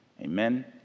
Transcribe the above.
Amen